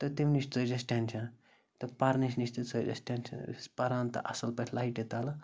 تہٕ تَمہِ نِش ژٔج اَسہِ ٹٮ۪نشَن تہٕ پَرنَس نِش تہِ ژٔج اَسہِ ٹٮ۪نشَن أسۍ ٲسۍ پَران تہٕ اَصٕل پٲٹھۍ لایٹہِ تَلہٕ